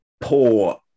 poor